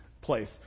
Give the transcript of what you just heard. place